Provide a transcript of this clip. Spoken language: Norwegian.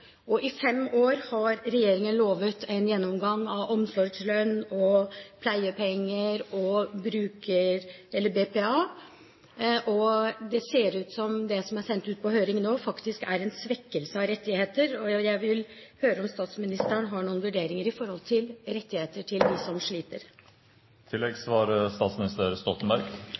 I fem år har regjeringen lovt en gjennomgang av omsorgslønn, pleiepenger og BPA, og det ser ut som om det som er sendt ut på høring nå, faktisk er en svekkelse av rettigheter. Jeg vil høre om statsministeren har noen vurderinger om rettigheter til folk som sliter. Alt det vil vi komme tilbake til